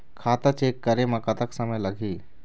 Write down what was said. खाता चेक करे म कतक समय लगही?